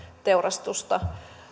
teurastusta